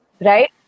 right